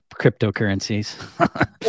cryptocurrencies